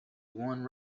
one